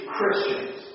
Christians